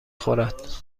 خورد